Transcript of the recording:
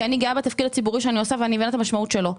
כי אני גאה בתפקיד הציבורי שאני עושה ואני מבינה את המשמעות שלו.